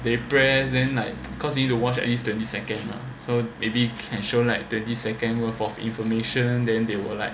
they press then like cause you need to wash at least twenty second so maybe can show like twenty second worth of information then they will like